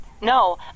No